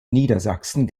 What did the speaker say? niedersachsen